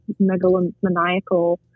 megalomaniacal